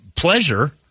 pleasure